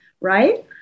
right